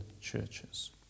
churches